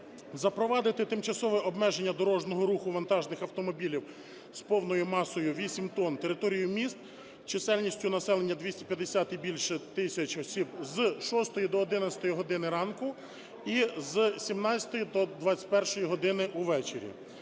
запровадити тимчасове обмеження дорожнього руху вантажних автомобілів з повною масою 8 тонн територією міст чисельністю населення 250 і більше тисяч осіб з 6 до 11 години ранку і з 17 до 21 години увечері.